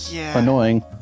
annoying